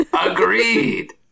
Agreed